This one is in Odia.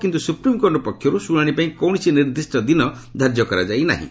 କିନ୍ତୁ ସୁପ୍ରିମ୍କୋର୍ଟଙ୍କ ପକ୍ଷରୁ ଶୁଣାଣି ପାଇଁ କୌଣସି ନିର୍ଦ୍ଦିଷ୍ଟ ଦିନ ଧାର୍ଯ୍ୟ କରାଯାଇ ନାହିଁ